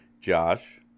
Josh